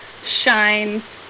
Shines